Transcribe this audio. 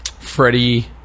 Freddie